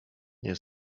nie